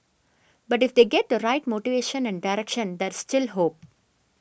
but if they get the right motivation and direction there's still hope